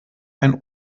ein